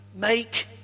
make